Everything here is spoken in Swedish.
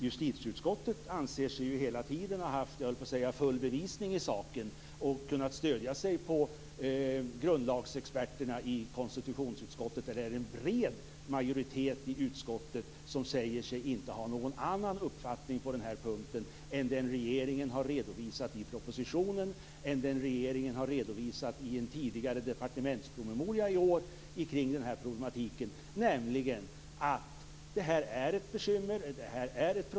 Justitieutskottet anser sig hela tiden ha haft, jag höll på att säga full bevisning i saken och har kunnat stödja sig på grundlagsexperterna i konstitutionsutskottet. Det är en bred majoritet i utskottet som säger sig inte ha någon annan uppfattning på den här punkten än den regeringen har redovisat i propositionen och i en tidigare departementspromemoria i år kring den här problematiken. Det här är ett bekymmer.